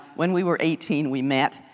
when we were eighteen, we met.